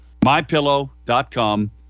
MyPillow.com